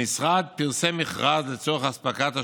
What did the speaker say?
המשרד פרסם מכרז לצורך אספקת השירות,